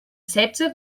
setze